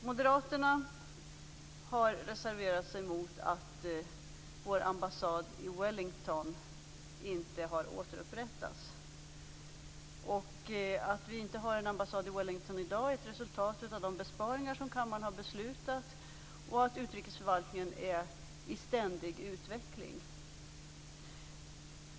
Moderaterna har reserverat sig mot att vår ambassad i Wellington inte har återupprättats. Att vi inte har en ambassad i Wellington i dag är ett resultat av de besparingar som kammaren har beslutat om och att utrikesförvaltningen är i ständig utveckling.